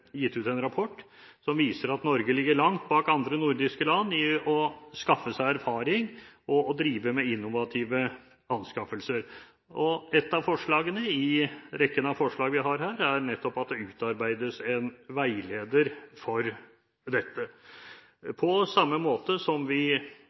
gitt ut en rapport som viser at Norge ligger langt bak andre nordiske land i å skaffe seg erfaring med og drive med innovative anskaffelser. Ett av forslagene i rekken av forslag vi har her, er nettopp at det utarbeides en veileder for dette,